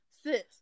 Sis